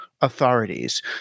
authorities